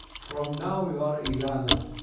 from now you are ilana.